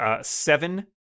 seven